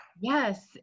Yes